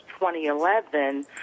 2011